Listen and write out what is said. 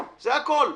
זה הכול.